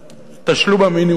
תשלום המינימום למשכורתו.